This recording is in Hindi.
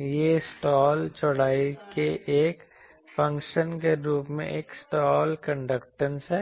यह स्लॉट चौड़ाई के एक फ़ंक्शन के रूप में एक स्लॉट कंडक्टेंस है